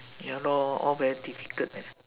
ya lor all very difficult leh